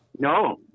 No